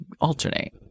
alternate